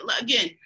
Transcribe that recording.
again